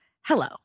hello